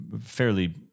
fairly